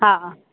हा